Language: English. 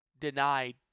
denied